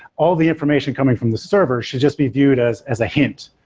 all the information coming from the server should just be viewed as as a hint.